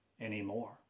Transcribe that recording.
anymore